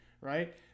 right